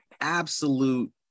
absolute